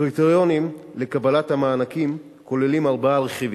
הקריטריונים לקבלת המענקים כוללים ארבעה רכיבים: